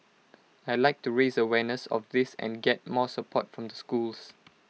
I'd like to raise awareness of this and get more support from the schools